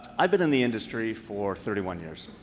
i've been in the industry for thirty one years,